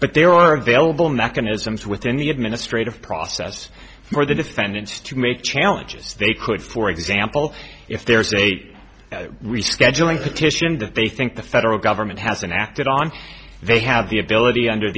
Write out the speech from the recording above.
but there are available mechanisms within the administrative process for the defendants to make challenges they could for example if there's a rescheduling petition that they think the federal government hasn't acted on they have the ability under